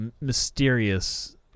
mysterious